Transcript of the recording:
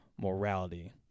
morality